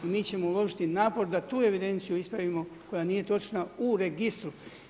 Mi ćemo uložiti napor da tu evidenciju ispravimo koja nije točna u registru.